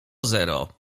zero